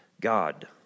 God